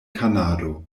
kanado